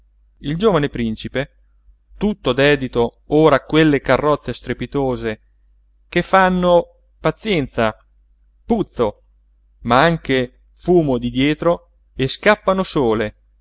il giovane principe tutto dedito ora a quelle carrozze strepitose che fanno pazienza puzzo ma anche fumo di dietro e scappano sole